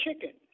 chicken